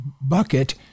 bucket